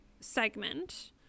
segment